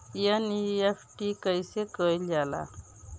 NEFT कइसे कइल जाला?